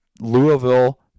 Louisville